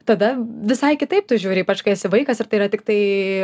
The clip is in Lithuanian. tada visai kitaip tu žiūri ypač kai esi vaikas ir tai yra tiktai